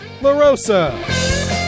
LaRosa